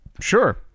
sure